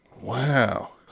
wow